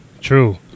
true